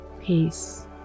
peace